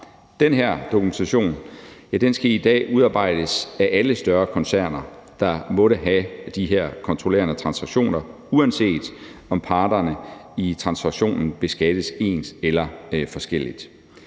Den her dokumentation skal i dag udarbejdes af alle større koncerner, der måtte have de her kontrollerede transaktioner, uanset om parterne i transaktionen beskattes ens eller forskelligt.